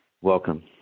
Welcome